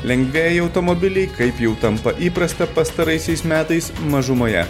lengvieji automobiliai kaip jau tampa įprasta pastaraisiais metais mažumoje